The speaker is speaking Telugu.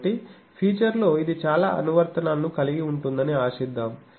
కాబట్టి ఫీచర్లో ఇది చాలా అనువర్తనాలను కలిగి ఉంటుందని ఆశిద్దాం